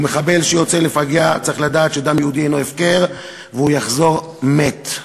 ומחבל שיוצא לפגע צריך לדעת שדם יהודי אינו הפקר והוא יחזור מת.